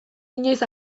inoiz